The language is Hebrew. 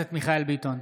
מירב בן ארי,